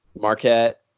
Marquette